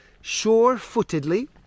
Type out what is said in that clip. sure-footedly